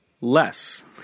Less